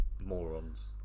morons